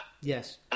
yes